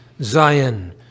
Zion